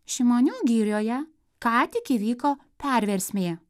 šimonių girioje ką tik įvyko perversmė